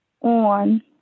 on